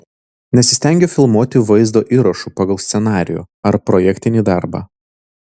nesistengiu filmuoti vaizdo įrašų pagal scenarijų ar projektinį darbą